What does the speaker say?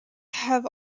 have